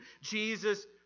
Jesus